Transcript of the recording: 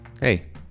hey